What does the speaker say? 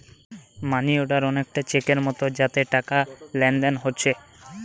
মানি order অনেকটা চেকের মতো যাতে টাকার লেনদেন হোচ্ছে